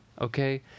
okay